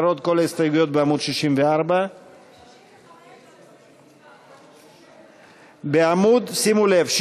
מוסרות גם כל ההסתייגויות בעמוד 64. שימו לב,